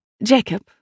Jacob